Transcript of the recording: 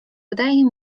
wydaje